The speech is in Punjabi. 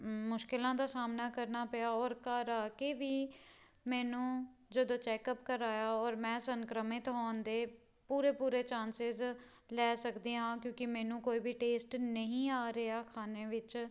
ਮੁਸ਼ਕਿਲਾਂ ਦਾ ਸਾਹਮਣਾ ਕਰਨਾ ਪਿਆ ਔਰ ਘਰ ਆ ਕੇ ਵੀ ਮੈਨੂੰ ਜਦੋਂ ਚੈੱਕਅਪ ਕਰਾਇਆ ਔਰ ਮੈਂ ਸੰਕ੍ਰਮਿਤ ਹੋਣ ਦੇ ਪੂਰੇ ਪੂਰੇ ਚਾਂਸਿਸ ਲੈ ਸਕਦੀ ਹਾਂ ਕਿਉਂਕਿ ਮੈਨੂੰ ਕੋਈ ਵੀ ਟੇਸਟ ਨਹੀਂ ਆ ਰਿਹਾ ਖਾਣੇ ਵਿੱਚ